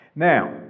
Now